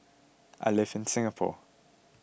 I live in Singapore